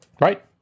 Right